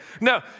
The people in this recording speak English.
no